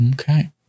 Okay